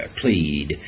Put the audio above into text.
plead